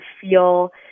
feel